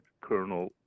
Colonel